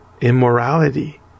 immorality